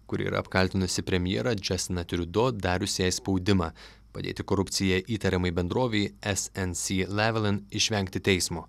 kuri yra apkaltinusi premjerą džastiną trudo darius jai spaudimą padėti korupcija įtariamai bendrovei es en si levilen išvengti teismo